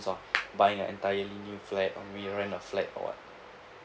of buying entirely new flat or we rent a flat or [what]